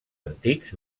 antics